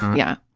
yeah.